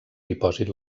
dipòsit